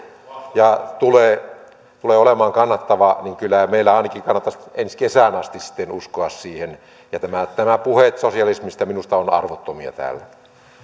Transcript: ja tulee tulee olemaan kannattavaa kyllä meidän ainakin kannattaisi ensi kesään asti sitten uskoa siihen ja nämä puheet sosialismista ovat minusta arvottomia täällä